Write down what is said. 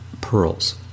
pearls